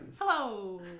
Hello